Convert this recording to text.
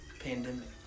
pandemic